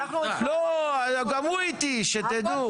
לא, גם הוא איתי, שתדעו.